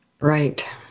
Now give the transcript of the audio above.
Right